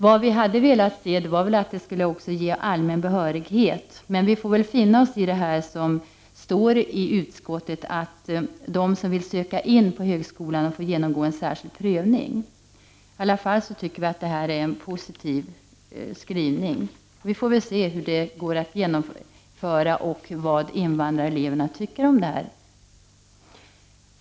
Vad vi hade velat se var väl att det också hade gett allmän behörighet. Men vi får finna oss i det här som står i utskottets skrivning, nämligen att de som vill söka in på högskolan får genomgå särskild prövning. Det är i alla fall en positiv skrivning. Vi får väl se vad som kan genomföras och vad invandrareleverna tycker om det här.